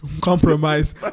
Compromise